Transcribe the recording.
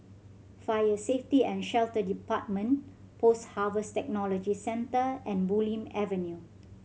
Fire Safety And Shelter Department Post Harvest Technology Centre and Bulim Avenue